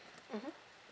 mmhmm